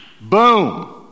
boom